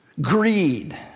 Greed